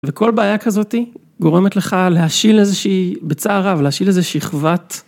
וכל בעיה כזאתי גורמת לך להשיל איזה שהיא, בצער רב, להשיל איזה שכבת